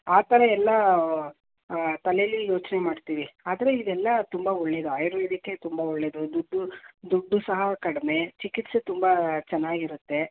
ಆ ಥರ ಎಲ್ಲ ತಲೇಲ್ಲಿ ಯೋಚನೆ ಮಾಡ್ತೀವಿ ಆದರೆ ಇದೆಲ್ಲ ತುಂಬ ಒಳ್ಳೆಯದು ಆಯುರ್ವೇದಿಕ್ಕೇ ತುಂಬ ಒಳ್ಳೆಯದು ದುಡ್ಡು ದುಡ್ಡು ಸಹ ಕಡಿಮೆ ಚಿಕಿತ್ಸೆ ತುಂಬ ಚೆನ್ನಾಗಿರುತ್ತೆ